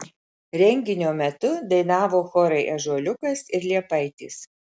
renginio metu dainavo chorai ąžuoliukas ir liepaitės